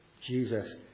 Jesus